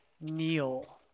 kneel